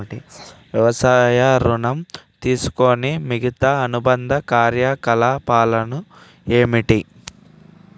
వ్యవసాయ ఋణం తీసుకునే మిగితా అనుబంధ కార్యకలాపాలు ఏమిటి?